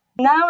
Now